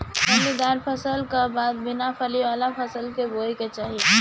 फलीदार फसल का बाद बिना फली वाला फसल के बोए के चाही